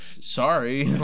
sorry